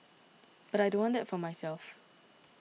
but I don't want that for myself